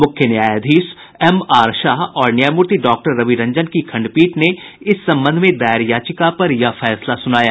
मुख्य न्यायाधीश एमआर शाह और न्यायमूर्ति डॉक्टर रवि रंजन की खंडपीठ ने इस संबंध में दायर याचिका पर यह फैसला सुनाया